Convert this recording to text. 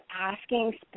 asking